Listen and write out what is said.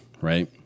right